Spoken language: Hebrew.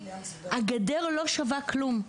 הגדר לא שווה כלום.